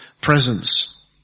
presence